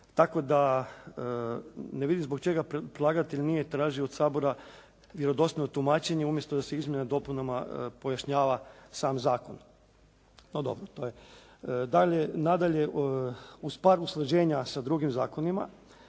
tako da ne vidim zbog čega predlagatelj nije tražio od Sabora vjerodostojno tumačenje umjesto da se izmjenama i dopunama pojašnjava sam zakon. No dobro, to je. Nadalje, uz par usklađenja sa drugim zakonima